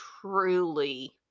truly